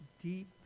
deep